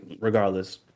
regardless